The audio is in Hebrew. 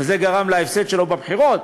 וזה גרם להפסד שלו בבחירות,